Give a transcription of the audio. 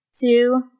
two